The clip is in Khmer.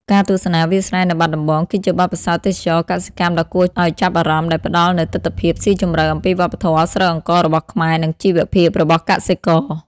ការទស្សនាវាលស្រែនៅបាត់ដំបង គឺជាបទពិសោធន៍ទេសចរណ៍កសិកម្មដ៏គួរឱ្យចាប់អារម្មណ៍ ដែលផ្ដល់នូវទិដ្ឋភាពស៊ីជម្រៅអំពីវប្បធម៌ស្រូវអង្កររបស់ខ្មែរ និងជីវភាពរបស់កសិករ ។